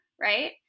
right